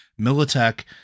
militech